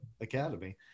Academy